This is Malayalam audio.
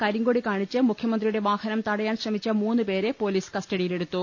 കരിങ്കൊടി കാണിച്ച് മുഖ്യമന്ത്രിയുടെ വാഹനം തടയാൻ ശ്രമിച്ച മൂന്ന് പേരെ പൊലീസ് കസ്റ്റഡിയിലെടുത്തു